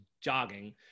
jogging